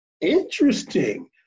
Interesting